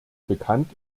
bekannt